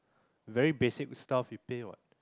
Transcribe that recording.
very basic stuff you pay what